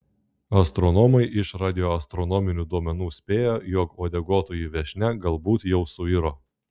astronomai iš radioastronominių duomenų spėja jog uodeguotoji viešnia galbūt jau suiro